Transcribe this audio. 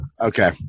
Okay